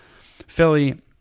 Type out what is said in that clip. Philly